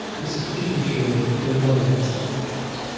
this is particularly true in the the northern ones that i look at.